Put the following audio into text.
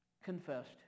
confessed